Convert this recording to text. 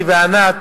אתי וענת,